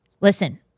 Listen